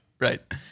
Right